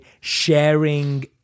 sharing